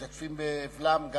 משתתפים באבלם,